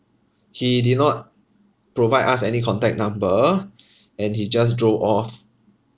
he did not provide us any contact number and he just drove off